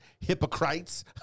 hypocrites